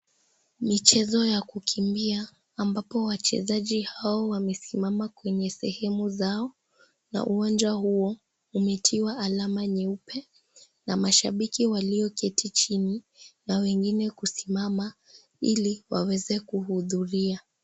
Michezo ya kukimbia amabapo wachezaji hao wamesimama kwenye sehemu zao, na uwanja huo umetiwa alama nyeupe, na mashabiki walio keti chini, na wengine kusimama ili waweze kuhudhuria.